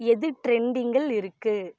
எது டிரெண்டிங்கில் இருக்கு